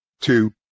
two